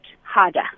harder